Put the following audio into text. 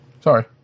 Sorry